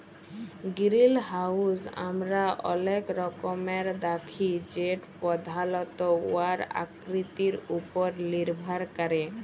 greenhouse আমরা অলেক রকমের দ্যাখি যেট পধালত উয়ার আকৃতির উপর লির্ভর ক্যরে